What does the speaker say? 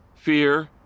fear